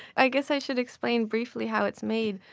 i guess i should explain briefly how it's made.